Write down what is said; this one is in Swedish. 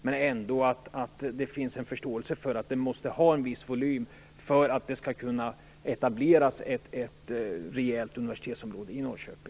Men det borde ändå finnas en förståelse för att satsningen måste ha en viss volym för att det skall kunna etableras ett rejält universitetsområde i